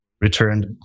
returned